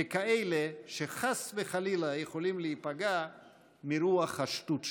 ככאלה שחס וחלילה יכולים להיפגע מרוח השטות שלו.